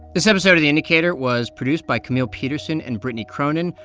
this episode of the indicator was produced by camille peterson and brittany cronin.